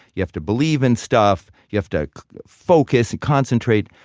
you have to believe in stuff. you have to focus and concentrate.